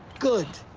good.